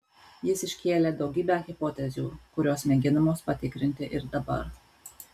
jis iškėlė daugybę hipotezių kurios mėginamos patikrinti ir dabar